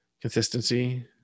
consistency